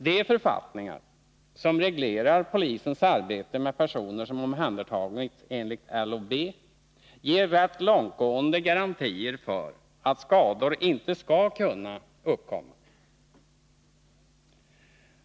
De författningar som reglerar polisens arbete med personer som omhändertagits enligt LOB ger rätt långtgående garantier för att skador inte skall kunna uppkomma.